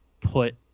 put